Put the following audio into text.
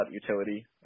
utility